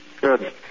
Good